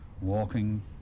walking